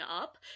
up